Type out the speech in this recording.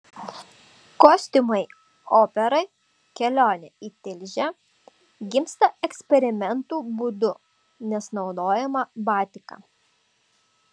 kostiumai operai kelionė į tilžę gimsta eksperimentų būdu nes naudojama batika